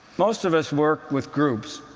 most of us work with groups,